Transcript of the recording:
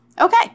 Okay